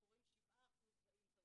אנחנו רואים 7% באינטרנט,